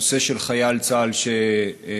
נושא של חייל צה"ל שנפגע,